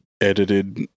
edited